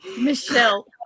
Michelle